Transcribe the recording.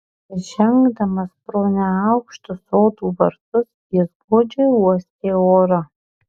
žengdamas pro neaukštus sodų vartus jis godžiai uostė orą